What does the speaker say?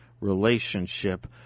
relationship